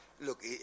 look